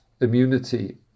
immunity